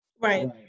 right